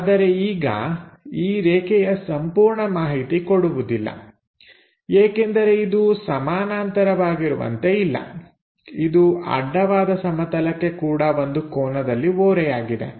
ಆದರೆ ಈಗ ಈ ರೇಖೆಯು ಸಂಪೂರ್ಣ ಮಾಹಿತಿ ಕೊಡುವುದಿಲ್ಲ ಏಕೆಂದರೆ ಇದು ಸಮಾನಾಂತರವಾಗಿರುವಂತೆ ಇಲ್ಲ ಇದು ಅಡ್ಡವಾದ ಸಮತಲಕ್ಕೆ ಕೂಡ ಒಂದು ಕೋನದಲ್ಲಿ ಓರೆಯಾಗಿದೆ